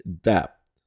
depth